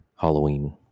Halloween